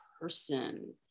person